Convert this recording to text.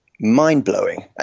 mind-blowing